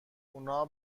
اونا